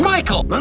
Michael